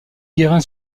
guérin